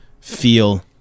feel